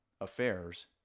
affairs